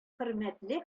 хөрмәтле